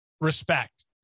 respect